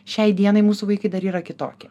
šiai dienai mūsų vaikai dar yra kitokie